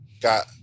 Got